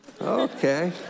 Okay